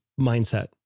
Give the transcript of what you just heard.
mindset